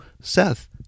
Seth